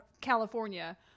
California